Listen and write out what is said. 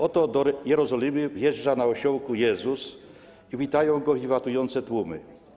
Oto do Jerozolimy wjeżdża na osiołku Jezus, witają go wiwatujące tłumy.